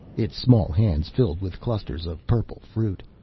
its small hands filled with clusters of purple fruit.